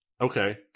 Okay